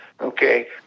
okay